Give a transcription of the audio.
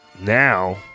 Now